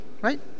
right